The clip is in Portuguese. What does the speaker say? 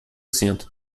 cento